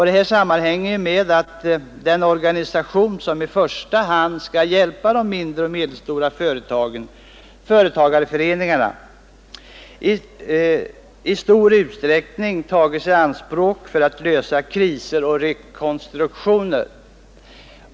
Det sammanhänger med att den organisation som i första hand skall hjälpa de mindre och medelstora företagen, företagarföreningarna, i stor utsträckning tagits i anspråk för att lösa kriser och för rekonstruktioner.